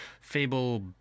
Fable